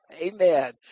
Amen